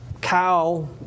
cow